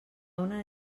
una